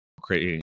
creating